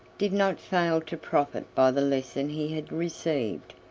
did not fail to profit by the lesson he had received.